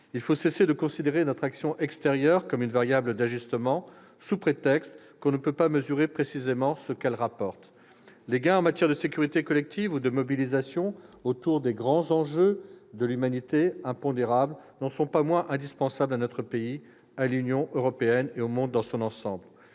Il faut cesser de considérer notre action extérieure comme une variable d'ajustement, sous prétexte que l'on ne peut pas mesurer précisément ce qu'elle rapporte. Les gains en matière de sécurité collective ou de mobilisation autour des grands enjeux de l'humanité, pour impondérables qu'ils soient, n'en sont pas moins indispensables à notre pays, à l'Union européenne et au monde dans son ensemble.